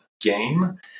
game